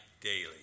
daily